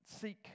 seek